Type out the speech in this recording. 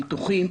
ניתוחים,